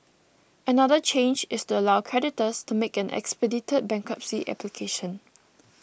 another change is to allow creditors to make an expedited bankruptcy application